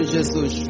Jesus